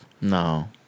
No